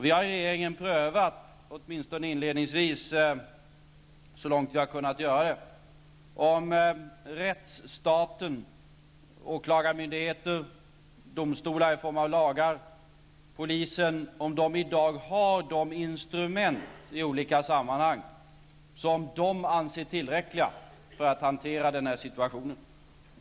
Vi har i regeringen prövat, åtminstone inledningsvis så långt vi har kunnat, om rättsstaten, åklagarmyndigheter, domstolar i form av lagar och polisen, i dag har de instrument i olika sammanhang som de anser tillräckliga för att hantera denna situation.